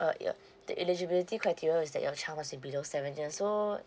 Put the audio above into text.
uh ya the eligibility criteria is that your child must be below seven years old